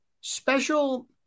special